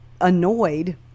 annoyed